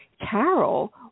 Carol